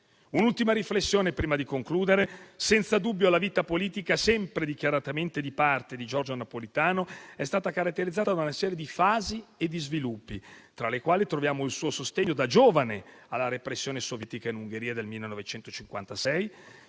Un'ultima riflessione, prima di concludere: senza dubbio, la vita politica sempre dichiaratamente di parte di Giorgio Napolitano è stata caratterizzata da una serie di fasi e di sviluppi, tra i quali troviamo il suo sostegno da giovane alla repressione sovietica in Ungheria del 1956,